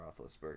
Roethlisberger